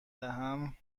دهم